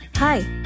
Hi